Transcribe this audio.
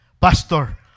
pastor